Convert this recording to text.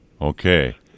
Okay